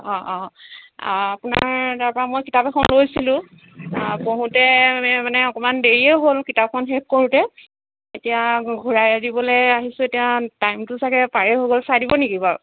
অঁ অঁ আপোনাৰ আপোনাৰপৰা মই কিতাপ এখন লৈছিলো পঢ়োতে মানে অকমান দেৰিয়ে হ'ল কিতাপখন শেষ কৰোঁতে এতিয়া ঘূৰাই দিবলৈ আহিছোঁ এতিয়া টাইমটো চাগে পাৰেই হৈ গ'ল চাই দিব নেকি বাৰু